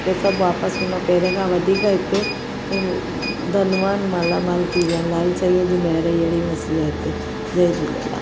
के सभु वापसि हुन पहिरें खां वधीक हिते धनवान मालामाल थी वियां आहिनि लाल साईंअ जी महिर ई हेड़ी वसीउ आहे हिते जय झूलेलाल